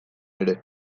ere